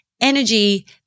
energy